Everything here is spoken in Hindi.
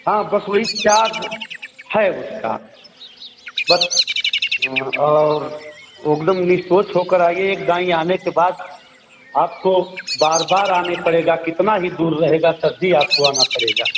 हाँ बस वो ही चार है उसका बस हाँ और प्रॉबलम निःसंकोच हो कर आइये काई आने के बाद आपको बार बार आने पड़ेगा कितना ही दूर रहेगा सर जी आपको आना पड़ेगा